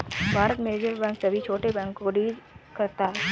भारत में reserve bank सभी छोटे बैंक को डील करता है